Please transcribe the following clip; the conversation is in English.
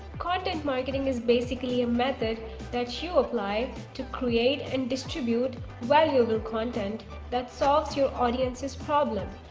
content marketing is basically a method that you apply to create and distribute valuable content that solves your audience's problem.